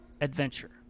Adventure